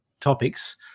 topics